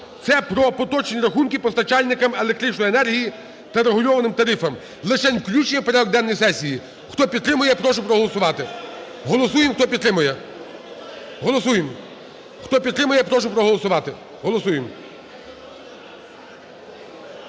це про поточні рахунки постачальникам електричної енергії за регульованим тарифом. Лишень включення в порядок денний сесії. Хто підтримує, я прошу проголосувати. Голосуємо, хто підтримує, голосуємо. Хто підтримує, я прошу проголосувати, голосуємо.